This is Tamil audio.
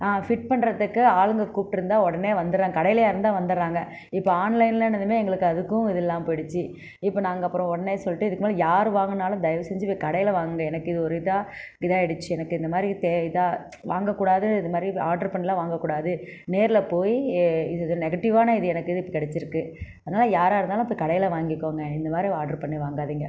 ஃபிட் பண்ணுறத்துக்கு ஆளுங்க கூப்பிட்டுருந்தா உடனே வந்துர்றங்க கடைலேயா இருந்தால் வந்துடுறாங்க இப்போ ஆன்லைனிலனதுமே எங்களுக்கு அதுக்கும் இது இல்லாமல் போய்டிச்சு இப்போ நாங்கள் அப்புறம் உடனே சொல்லிட்டு இதுக்கு முன்னாடி யார் வாங்கினாலும் தயவு செஞ்சு கடையில் வாங்குங்க எனக்கு இது ஒரு இதாக இதாகிடிச்சி எனக்கு இந்தமாதிரி இதாக வாங்கக்கூடாது இதுமாதிரி ஆட்ரு பண்ணிலாம் வாங்கக்கூடாது நேரில் போய் இது நெகட்டிவான இது எனக்கு இது கிடைச்சிருக்கு அதனால யாராக இருந்தாலும் போய் கடையில் வாங்கிக்கோங்க இந்தமாதிரி ஆட்ரு பண்ணி வாங்காதீங்க